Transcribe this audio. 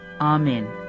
Amen